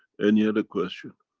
any other question?